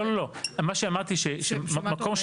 למה את אומרת שזה לא --- כאשר ישבנו